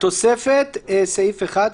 תוספת (סעיף 1)